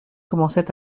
commençait